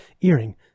earring